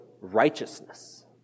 righteousness